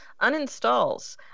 uninstalls